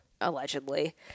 Allegedly